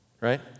right